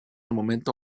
momento